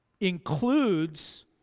includes